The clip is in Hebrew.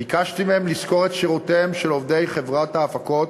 ביקשתי מהם לשכור את שירותיהם של עובדי חברת ההפקות,